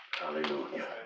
Hallelujah